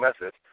message